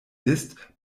ist